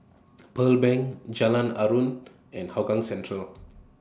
Pearl Bank Jalan Aruan and Hougang Central